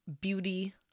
beauty